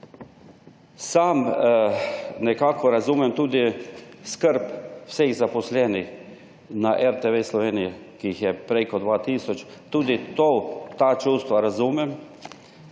Sam nekako razumem tudi skrb vseh zaposlenih na RTV Slovenija, ki jih je preko 2 tisoč. Tudi ta čustva razumem,